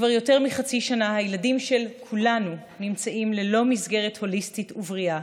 כבר יותר מחצי שנה הילדים של כולנו נמצאים ללא מסגרת הוליסטית ובריאה,